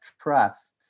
trust